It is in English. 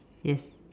yes